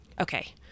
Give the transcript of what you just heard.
okay